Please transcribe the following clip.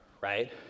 right